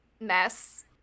mess